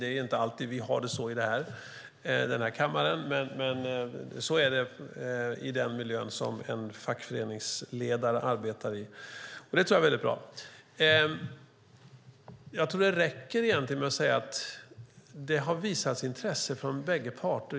Det är inte alltid vi har det så här i kammaren, men så är det i den miljö som en fackföreningsledare arbetar i, och det tror jag är väldigt bra. Jag tror att det egentligen räcker med att säga att det har visats intresse från bägge parter.